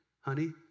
Honey